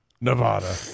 Nevada